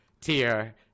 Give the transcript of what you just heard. tier